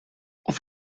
auf